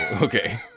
Okay